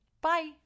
Bye